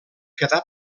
quedà